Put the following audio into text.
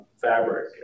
fabric